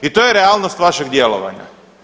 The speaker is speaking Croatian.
I to je realnost vašeg djelovanja.